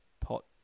pot